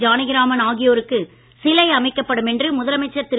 ஜானகிராமன் ஆகியோருக்கு சிலை அமைக்கப்படும் என்று முதலமைச்சர் திரு